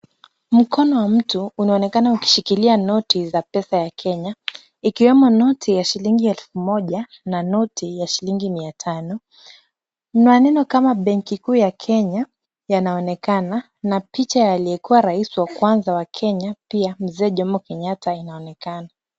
Mkono wa mtu unaonekana ukishikilia noti za pesa ya Kenya, ikiwemo noti ya shilingi elfu moja na noti ya shilingi mia tano ,maneno kama benki kuu ya Kenya yanaonekana, na picha ya aliyekua Rais wa kwanza wa Kenya pia Mzee Jomo Kenyatta inaonekana .